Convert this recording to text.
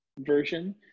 version